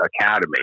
academy